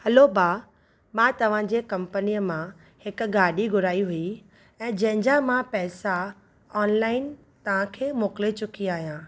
हलो भा मां तव्हां जे कम्पनीअ मां हिकु गाॾी घुराई हुई ऐं जंहिं जा मां पैसा ऑनलाइन तव्हां खे मोकले चुकी आया